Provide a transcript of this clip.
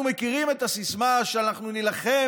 אנחנו מכירים את הסיסמה שאנחנו נילחם